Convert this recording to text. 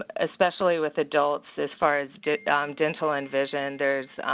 ah especially with adults as far as good dental and vision. they're